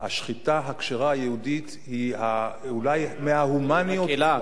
השחיטה הכשרה היהודית היא אולי מההומניות, מקלה.